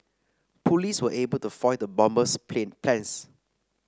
police were able to foil the bomber's play plans